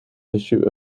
issue